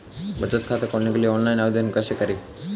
बचत खाता खोलने के लिए ऑनलाइन आवेदन कैसे करें?